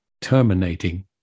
terminating